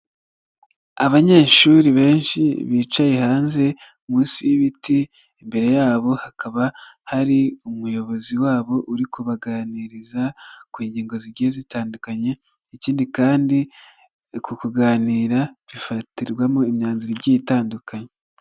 Abanyeshuri benshi bicaye hanze munsi y'ibiti, imbere yabo hakaba hari umuyobozi wabo uri kubaganiriza ku ngingo zigiye zitandukanye, ikindi kandi uko kuganira bifatirwamo imyanzuro igiye itandukanye.